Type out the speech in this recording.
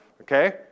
Okay